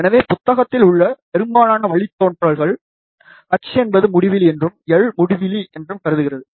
எனவே புத்தகத்தில் உள்ள பெரும்பாலான வழித்தோன்றல்கள் h என்பது முடிவிலி என்றும் l முடிவிலி என்றும் கருதுகிறது